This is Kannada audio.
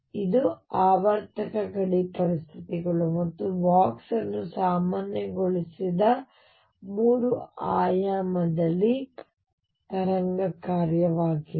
ಇದು ಆವರ್ತಕ ಗಡಿ ಪರಿಸ್ಥಿತಿಗಳು ಮತ್ತು ಬಾಕ್ಸ್ ಅನ್ನು ಸಾಮಾನ್ಯಗೊಳಿಸಿದ 3 ಆಯಾಮಗಳಲ್ಲಿ ತರಂಗ ಕಾರ್ಯವಾಗಿದೆ